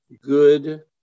good